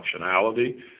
functionality